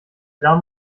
damen